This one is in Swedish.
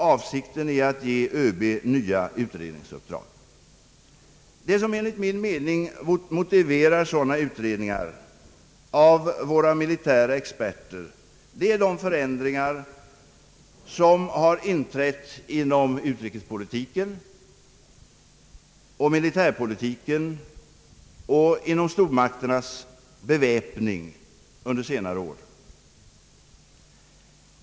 Avsikten är att ge ÖB nya utredningsuppdrag. Det som enligt min mening motiverar sådana utredningar av våra militärexperter är de förändringar, som har inträtt inom utrikespolitiken, inom militärpolitiken och inom stormakternas beväpning under senare år.